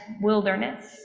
wilderness